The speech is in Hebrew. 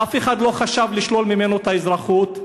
אף אחד לא חשב לשלול ממנו את האזרחות,